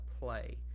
play